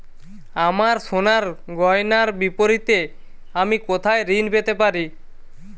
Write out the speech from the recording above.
আমার সোনার গয়নার বিপরীতে আমি কোথায় ঋণ পেতে পারি?